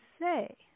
say